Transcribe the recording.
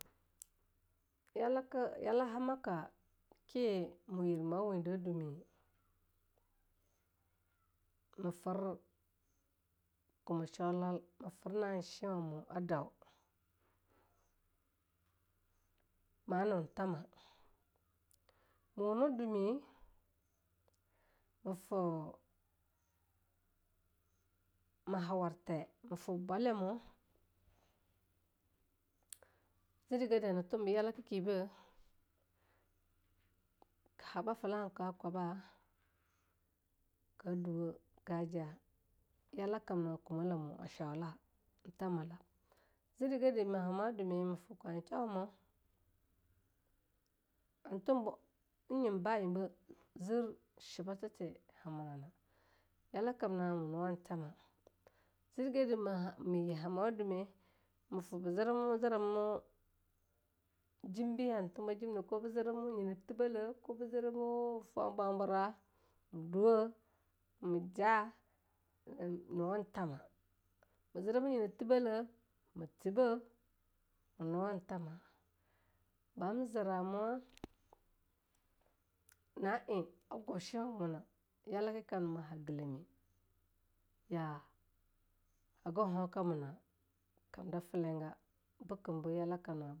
Yala hamaka ke-moyir ma winde dumine, me fir kume shwalal me fir na'ei shenwamo a dau, ma nue tama'a. Me wun dune ma fue ma ha warthe me fue bwalyamu zidegede hana tuwum be yalakakibe ke habah felawa ka kwaba ka duwe ka jah yalakamna kumelamu a shwala en tamala zedigede ma hama dume me fue kwashwamu hana tuwum be yim ba'a enbe zir shibathathe hamunan yalakamna me nuwan tama. zidigede ma hama dume me fue be zirzirama, jimbe han tumajimnene ko be ziramwa yinathebele ko be ziramwa foe bwabora me duweh me ja me nuwan tama, be ziramwa yima thilebe me thibe ma nuwan tama, ban zira muwa na'ei a gwushewamuna yalakamna me ha geleme hagon hoeka muna kamda fulega bekem be yalakamna be negem na'ei shenwamu a yalna.